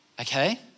Okay